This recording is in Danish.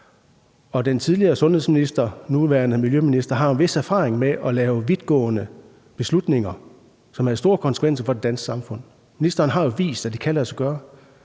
den tidligere sundhedsminister, nuværende miljøminister, har jo en vis erfaring med at lave vidtgående beslutninger, som har store konsekvenser for det danske samfund. Ministeren har jo vist, at det kan lade sig gøre.